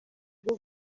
bwo